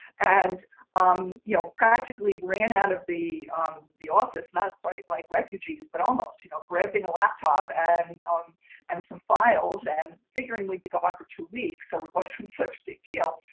and um you practically ran out of the um the office, not quite like refugees, but almost you know grabbing a laptop and um and some files and figuring we'd be gone for two weeks. so it wasn't such a big deal.